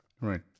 Right